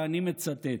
ואני מצטט: